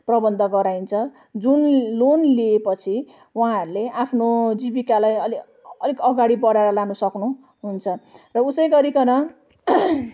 प्रबन्ध गराइन्छ जुन लोन लिएपछि उहाँहरूले आफ्नो जीविकालाई अलि अलिक अगाडि बढाएर लान सक्नुहुन्छ र उसै गरिकन